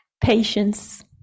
patience